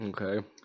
Okay